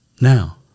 Now